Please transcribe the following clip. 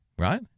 Right